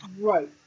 Right